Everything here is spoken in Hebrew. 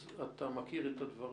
אז אתה מכיר את הדברים.